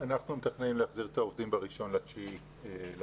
אנחנו מתכננים להחזיר את העובדים ב-1.9 לעבודה.